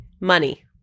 Money